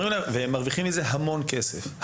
והם מרוויחים מזה המון כסף,